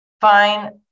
fine